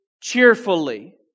cheerfully